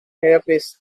therapist